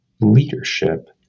leadership